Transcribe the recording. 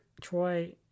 Troy